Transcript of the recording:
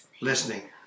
Listening